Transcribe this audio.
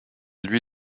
lui